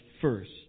first